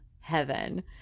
heaven